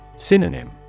Synonym